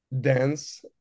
dance